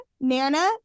Nana